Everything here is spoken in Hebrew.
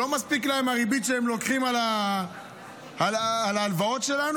לא מספיקה להם הריבית שהם לוקחים על הלוואות שלנו,